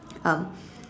um